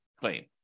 claim